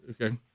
Okay